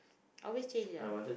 always change ah